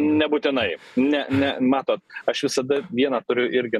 nebūtinai ne ne matot aš visada vieną turiu irgi